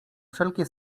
wszelkie